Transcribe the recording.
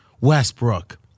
Westbrook